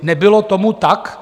Nebylo tomu tak.